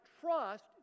trust